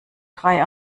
drei